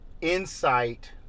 insight